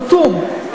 חתום,